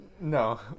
No